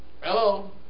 Hello